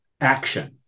action